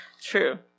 True